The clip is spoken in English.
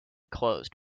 closed